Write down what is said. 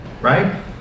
right